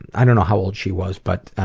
and i don't know how old she was, but